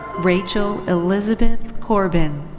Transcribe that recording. rachel elizabeth corbin.